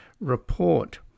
report